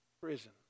Prison